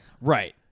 Right